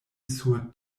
sur